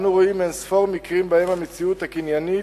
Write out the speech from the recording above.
אנו רואים אין-ספור מקרים שבהם המציאות הקניינית,